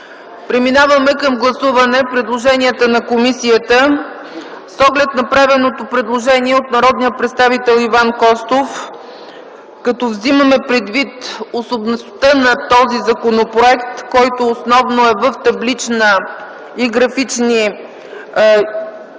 Преминаваме към гласуване предложенията на комисията. С оглед направеното предложение от народния представител Иван Костов, като взимаме предвид особеността на този законопроект, който основно е в таблични и графични измерения,